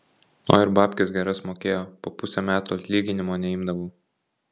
o ir babkes geras mokėjo po pusę metų atlyginimo neimdavau